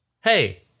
Hey